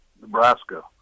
nebraska